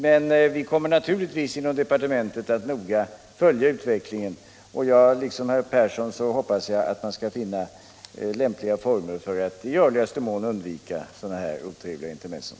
Men vi kommer naturligtvis inom departementet att noga följa utvecklingen, och liksom herr Persson hoppas jag att man skall finna lämpliga former för att i görligaste mån undvika sådana här otrevliga intermezzon.